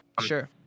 Sure